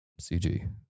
CG